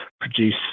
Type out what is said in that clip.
produce